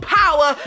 power